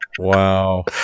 Wow